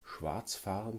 schwarzfahren